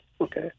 Okay